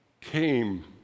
came